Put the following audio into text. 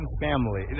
family